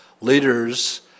leaders